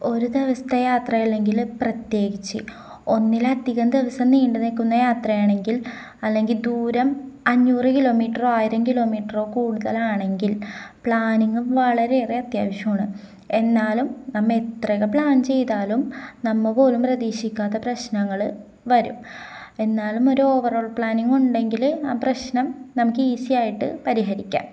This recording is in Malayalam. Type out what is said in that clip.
ഒരു ദിവസത്തെ യാത്ര ഇല്ലെങ്കില് പ്രത്യേകിച്ച് ഒന്നിലധികം ദിവസം നീണ്ടു നില്ക്കുന്ന യാത്രയാണെങ്കിൽ അല്ലെങ്കില് ദൂരം അഞ്ഞൂറ് കിലോ മീറ്ററോ ആയിരം കിലോ മീറ്ററോ കൂടുതലാണെങ്കിൽ പ്ലാനിങ്ങും വളരെയേറെ അത്യാവശ്യമാണ് എന്നാലും നമ്മള് എത്രയൊക്കെ പ്ലാൻ ചെയ്താലും നമ്മള് പോലും പ്രതീക്ഷിക്കാത്ത പ്രശ്നങ്ങള് വരും എന്നാലും ഒരു ഓവറോൾ പ്ലാനിങ്ങുണ്ടെങ്കില് ആ പ്രശ്നം നമുക്ക് ഈസിയായിട്ട് പരിഹരിക്കാം